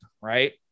right